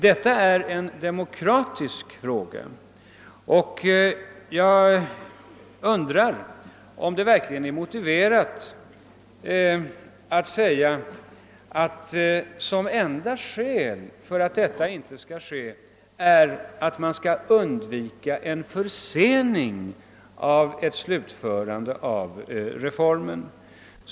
Detta är en demokratisk fråga, och jag undrar om det verkligen är motiverat att som enda skäl för att detta inte skall ske, anföra, att man skall undvika en försening av ett slutförande av reformen.